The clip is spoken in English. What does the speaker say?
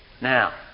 Now